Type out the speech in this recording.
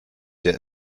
der